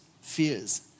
fears